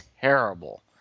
terrible